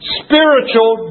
spiritual